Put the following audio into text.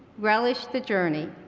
relish the journey.